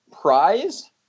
Prize